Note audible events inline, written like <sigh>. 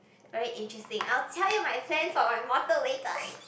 very interesting I'll tell you my plans for my mortal later <laughs>